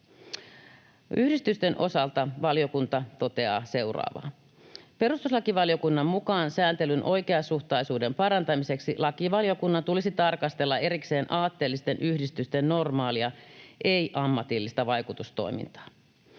Yhdistysten osalta valiokunta toteaa seuraavaa: Perustuslakivaliokunnan mukaan sääntelyn oikeasuhtaisuuden parantamiseksi lakivaliokunnan tulisi tarkastella erikseen aatteellisten yhdistysten normaalia ei-ammatillista vaikutustoimintaa.